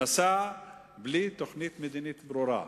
נסע בלי תוכנית מדינית ברורה,